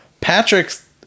Patrick's